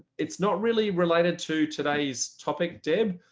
it's not really related to today's topic, deb.